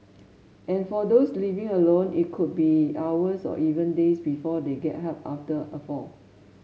and for those living alone it could be hours or even days before they get help after a fall